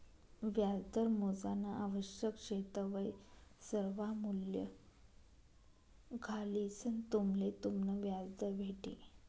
व्याजदर मोजानं आवश्यक शे तवय सर्वा मूल्ये घालिसंन तुम्हले तुमनं व्याजदर भेटी